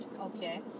okay